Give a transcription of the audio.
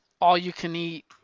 all-you-can-eat